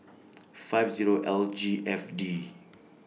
five Zero L G F D